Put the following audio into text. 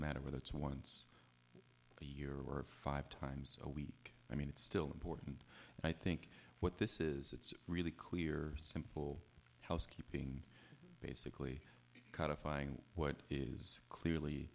matter whether it's once a year or five times a week i mean it's still important i think what this is it's really clear simple housekeeping basically cut a firing what is clearly